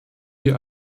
wir